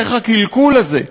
איך הקלקול הזה,